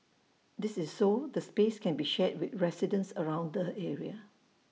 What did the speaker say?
this is so the space can be shared with residents around the area